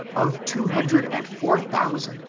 of two hundred and four thousand,